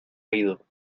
oído